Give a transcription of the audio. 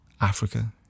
Africa